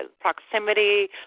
proximity